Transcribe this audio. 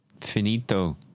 finito